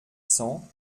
cents